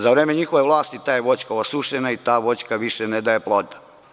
Za vreme njihove vlasti ta je voćka osušena i ta voćka više ne daje ploda.